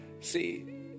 See